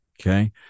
Okay